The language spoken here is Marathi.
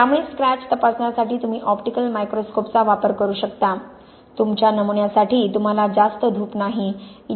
त्यामुळे स्क्रॅच तपासण्यासाठी तुम्ही ऑप्टिकल मायक्रोस्कोपचा वापर करू शकता तुमच्या नमुन्यासाठी तुम्हाला जास्त धूप नाही इ